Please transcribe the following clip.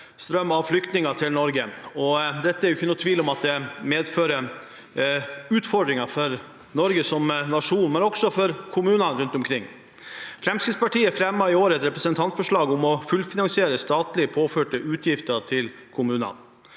strøm av flyktninger til Norge, og det er ingen tvil om at det medfører utfordringer for Norge som nasjon og også for kommunene rundt omkring. Fremskrittspartiet fremmet i år et representantforslag om å fullfinansiere statlig påførte utgifter til kommunene